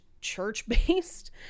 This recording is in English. church-based